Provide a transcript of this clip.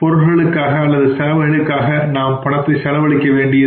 பொருளுக்காகவோ அல்லது சேவையைக்காகவோ நாம் பணத்தைச் செலவழிக்க வேண்டியிருக்கும்